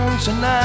Tonight